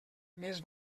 més